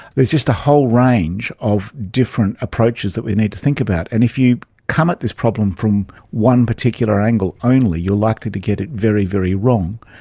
there's just a whole range of different approaches that we need to think about. and if you come at this problem from one particular angle only you're likely to get it very, very wrong.